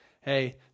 hey